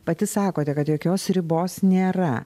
pati sakote kad jokios ribos nėra